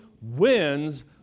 wins